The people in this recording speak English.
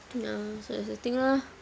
ya so that's the thing lah